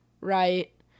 right